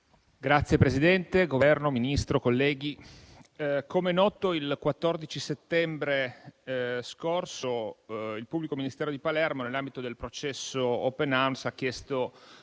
Signor Presidente, Governo, Ministro, colleghi, come è noto, il 14 settembre scorso il pubblico ministero di Palermo, nell'ambito del processo Open Arms, ha chiesto